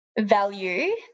value